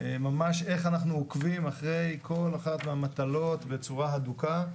ממש איך אנחנו עוקבים אחרי כל אחת מהמטלות בצורה הדוקה.